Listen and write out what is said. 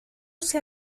sea